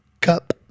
Cup